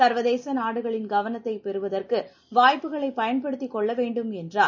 சர்வதேச நாடுகளின் கவனத்தைப் பெறுவதற்கு வாய்ப்புகளை பயன்படுத்திக் கொள்ளவேண்டும் என்றார்